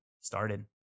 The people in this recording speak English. started